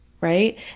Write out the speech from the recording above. right